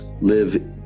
live